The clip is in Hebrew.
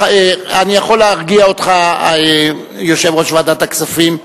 אני יכול להרגיע אותך, יושב-ראש ועדת הכספים,